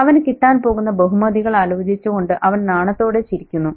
അവന് കിട്ടാൻ പോകുന്ന ബഹുമതികൾ ആലോചിച്ചുകൊണ്ട് അവൻ നാണത്തോടെ ചിരിക്കുന്നു